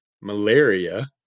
malaria